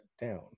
down